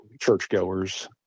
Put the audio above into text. churchgoers